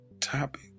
topic